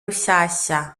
rushyashya